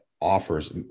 offers